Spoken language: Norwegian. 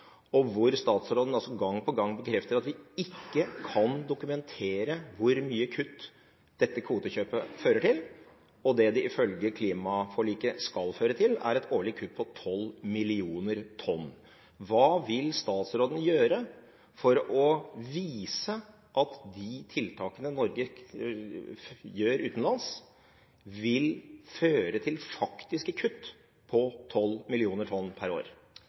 og hvor statsråden gang på gang bekrefter at man ikke kan dokumentere hvor mye kutt dette kvotekjøpet fører til. Det som det ifølge klimaforliket skal føre til, er et årlig kutt på 12 millioner tonn. Hva vil statsråden gjøre for å vise at de tiltakene Norge gjør utenlands, vil føre til faktiske kutt på 12 millioner tonn per år?